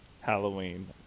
Halloween